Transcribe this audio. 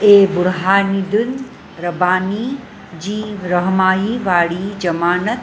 ऐं बुरहानुद्दीन रब्बानी जी रहनमाई वारी जमानत